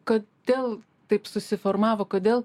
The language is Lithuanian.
kodėl taip susiformavo kodėl